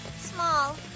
Small